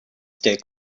stay